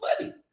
money